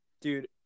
dude